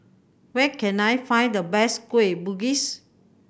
where can I find the best Kueh Bugis